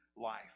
life